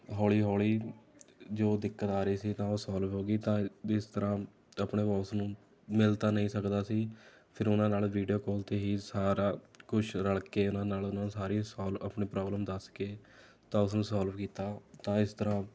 ਹੌਲੀ ਹੌਲੀ ਜੋ ਦਿੱਕਤ ਆ ਰਹੀ ਸੀ ਤਾਂ ਉਹ ਸੋਲਵ ਹੋ ਗਈ ਤਾਂ ਜਿਸ ਤਰ੍ਹਾਂ ਆਪਣੇ ਬੋਸ ਨੂੰ ਮਿਲ ਤਾਂ ਨਹੀਂ ਸਕਦਾ ਸੀ ਫਿਰ ਉਹਨਾਂ ਨਾਲ ਵੀਡੀਉ ਕਾਲ 'ਤੇ ਹੀ ਸਾਰਾ ਕੁਛ ਰਲ ਕੇ ਉਹਨਾਂ ਨਾਲ ਉਹਨਾਂ ਨੂੰ ਸਾਰੀ ਆਪਣੀ ਪ੍ਰੋਬਲਮ ਦੱਸ ਕੇ ਤਾਂ ਉਸਨੂੰ ਸੋਲਵ ਕੀਤਾ ਤਾਂ ਇਸ ਤਰ੍ਹਾਂ